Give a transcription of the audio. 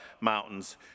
Mountains